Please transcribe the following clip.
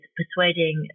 persuading